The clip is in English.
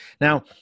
Now